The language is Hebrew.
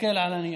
תסתכל על הנייר.